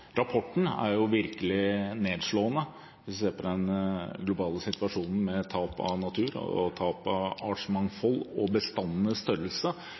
globale situasjonen, med hensyn til tap av natur, tap av artsmangfold og bestandenes størrelse.